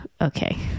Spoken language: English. Okay